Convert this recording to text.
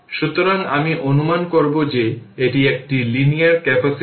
সুতরাং আমি অনুমান করব যে এটি একটি লিনিয়ার ক্যাপাসিটর